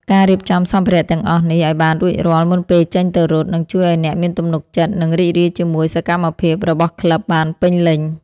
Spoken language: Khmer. ការរៀបចំសម្ភារៈទាំងអស់នេះឱ្យបានរួចរាល់មុនពេលចេញទៅរត់ នឹងជួយឱ្យអ្នកមានទំនុកចិត្ត និងរីករាយជាមួយសកម្មភាពរបស់ក្លឹបបានពេញលេញ។